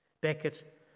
Beckett